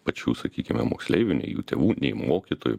pačių sakykime moksleivių nei jų tėvų nei mokytojų